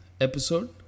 episode